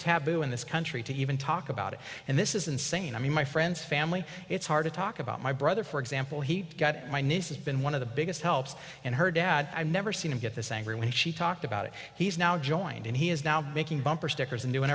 taboo in this country to even talk about it and this is insane i mean my friends family it's hard to talk about my brother for example he got my nieces one of the biggest helps in her dad i never seen him get this angry when she talked about it he's now joined and he is now making bumper stickers and doing